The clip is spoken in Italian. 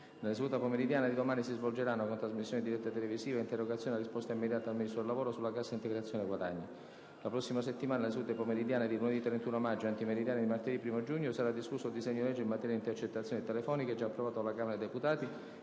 Nella seduta pomeridiana di domani si svolgeranno - con trasmissione diretta televisiva - interrogazioni a risposta immediata al Ministro del lavoro sulla cassa integrazione guadagni. La prossima settimana, nelle sedute pomeridiana di lunedì 31 maggio e antimeridiana di martedì 1° giugno, sarà discusso il disegno di legge in materia di intercettazioni telefoniche, già approvato dalla Camera dei deputati,